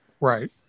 Right